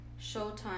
Showtime